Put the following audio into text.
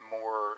more